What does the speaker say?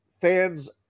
fans